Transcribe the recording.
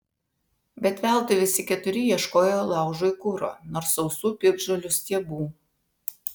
bet veltui visi keturi ieškojo laužui kuro nors sausų piktžolių stiebų